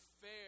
fair